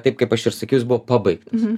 taip kaip aš ir sakiau jis buvo pabaigtas